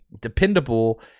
dependable